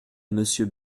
monsieur